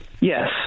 Yes